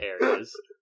areas